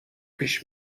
پیش